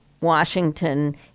Washington